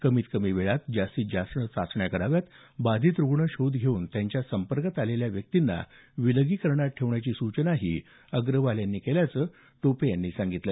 कमीत कमी वेळात जास्तीत जास्त चाचण्या कराव्यात बाधित रुग्ण शोध घेऊन त्यांच्या संपर्कात आलेल्या व्यक्तींना विलगीकरणात ठेवण्याची सूचनाही अग्रवाल यांनी केल्याचं टोपे यांनी सांगीतलं